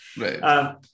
Right